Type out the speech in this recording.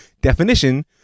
definition